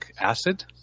acid